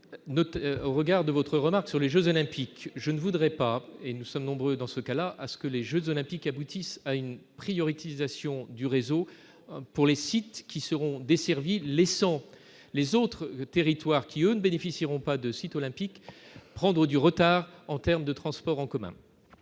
au regard de votre remarque sur les Jeux olympiques, je ne voudrais pas et nous sommes nombreux dans ce cas-là, à ce que les Jeux olympiques, aboutissent à une priorité nisation du réseau pour les sites qui seront desservies, laissant les autres territoires qui eux ne bénéficieront pas de sites olympiques prendre du retard en terme de transport en commun.